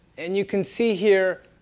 and you can see here,